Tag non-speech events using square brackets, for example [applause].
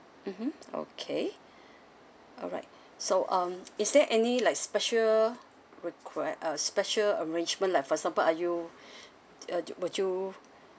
mmhmm okay [breath] alright so um is there any like special require a special arrangement like for example are you [breath] uh would you